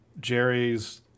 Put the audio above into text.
Jerry's